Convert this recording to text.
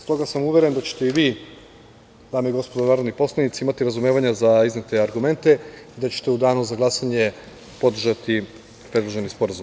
Stoga sam uveren da ćete i vi, dame i gospodo narodni poslanici, imati razumevanja za iznete argumente i da ćete u danu za glasanje podržati predloženi sporazum.